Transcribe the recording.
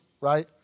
right